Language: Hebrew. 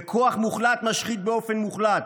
וכוח מוחלט משחית באופן מוחלט.